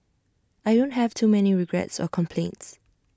I don't have too many regrets or complaints